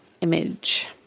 image